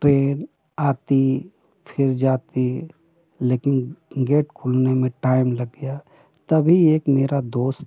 train आती फिर जाती लेकिन गेट खुलने में टाइम लग गया तभी एक मेरा दोस्त